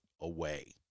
away